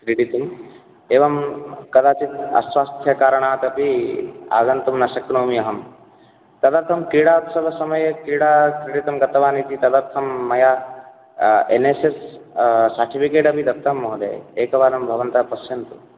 क्रीडितुम् एवं कदाचित् अस्वास्थ्यकारणादपि आगन्तुं न शक्नोमि अहं तदर्थं क्रीडा उत्सवसमये क्रीडा क्रीडितुं गतवानिति तदर्थं मया एन् एस् एस् सर्टिफ़िकेट् अपि दत्तं महोदय एकवारं भवन्तः पश्यन्तु